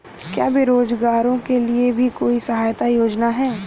क्या बेरोजगारों के लिए भी कोई सहायता योजना है?